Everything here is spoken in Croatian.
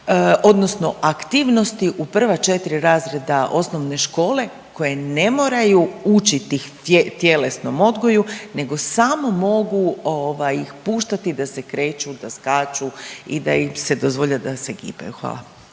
odnosno aktivnosti u prva 4 razreda osnovne škole koje ne moraju učit ih tjelesnom odgoju nego samo mogu ovaj ih puštati da se kreću, da skaču i da im se dozvoljava da se gibaju. Hvala.